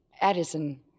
Addison